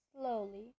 slowly